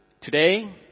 today